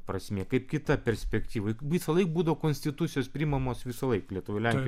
prasmė kaip kita perspektyva juk visąlaik būdavo konstitucijos priimamos visąlaik lietuvoj lenkijoj